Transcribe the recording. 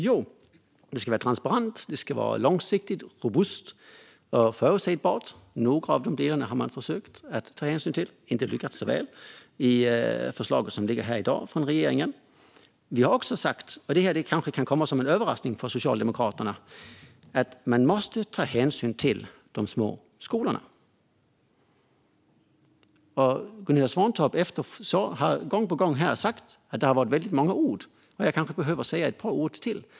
Jo, att det ska vara transparent, långsiktigt, robust och förutsägbart. Några av dessa saker har man försökt ta hänsyn till i det förslag som regeringen lagt fram i dag, men man har inte lyckats särskilt väl. Vi har också sagt, vilket kanske kan komma som en överraskning för Socialdemokraterna, att man måste ta hänsyn till de små skolorna. Gunilla Svantorp har sagt gång på gång här att det har varit väldigt många ord, men jag kanske behöver säga ett par ord till.